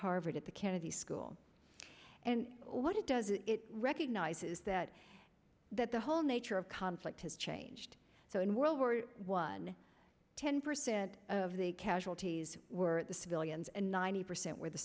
harvard at the kennedy school and what it does is it recognizes that that the whole nature of conflict has changed so in world war one ten percent of the casualties were the civilians and ninety percent were the